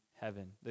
heaven